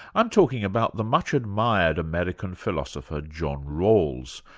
i'm talking about the much-admired american philosopher, john rawls,